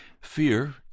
Fear